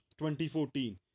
2014